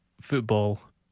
football